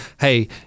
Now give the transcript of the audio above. hey